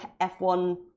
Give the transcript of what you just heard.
F1